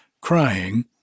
crying